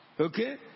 Okay